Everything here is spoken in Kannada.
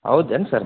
ಹೌದೇನ್ ಸರ್